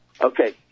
Okay